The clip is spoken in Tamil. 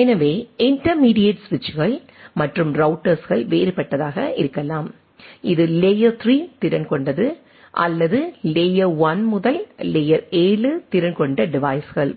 எனவே இன்டெர்மீடியட் சுவிட்சுகள் மற்றும் ரௌட்டர்ஸ்கள் வேறுபட்டதாக இருக்கலாம் இது லேயர் 3 திறன் கொண்டது நேரம் 0345 ஐப் பார்க்கவும் அல்லது லேயர் 1 முதல் லேயர் 7 திறன் கொண்ட டிவைஸ்கள்